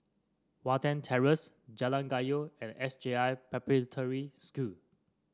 Watten Terrace Jalan Kayu and S J I Preparatory